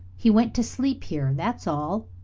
he went to sleep here, that's all.